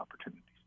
opportunities